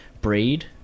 breed